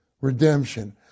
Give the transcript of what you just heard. redemption